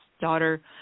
daughter